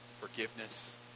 forgiveness